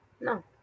No